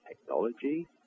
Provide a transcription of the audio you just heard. technology